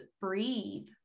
breathe